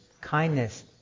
kindness